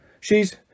She's